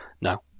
no